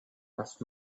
asked